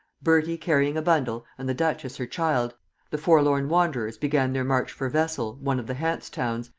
bertie carrying a bundle and the duchess her child the forlorn wanderers began their march for wesel one of the hanse-towns,